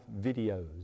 videos